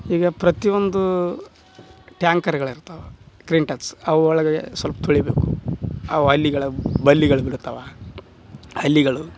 ಈಗ ಪ್ರತಿ ಒಂದು ಟ್ಯಾಂಕರ್ಗಳಿರ್ತವೆ ಅವು ಒಳಗೆ ಸಲ್ಪ ತೊಳೀಬೇಕು ಅವು ಹಲ್ಲಿಗಳ ಬಲ್ಲಿಗಳು ಬಿಡ್ತಾವೆ ಹಲ್ಲಿಗಳು